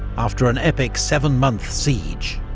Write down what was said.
after an epic seven month siege.